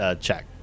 check